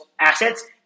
assets